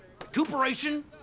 recuperation